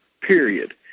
period